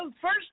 First